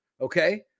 Okay